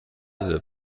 that